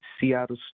Seattle